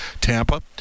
Tampa